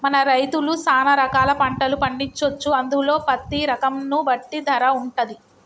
మన రైతులు సాన రకాల పంటలు పండించొచ్చు అందులో పత్తి రకం ను బట్టి ధర వుంటది